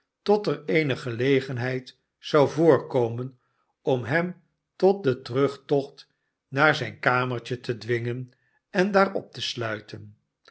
tot er eene gelegenheid zou voorkomen om hem tot den terugtocht naar zijn eigen kamertjete dwingen en daar op te sluiten